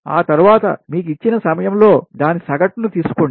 ఆ తర్వాత మీకు ఇచ్చిన సమయములో దాని సగటును తీసుకోండి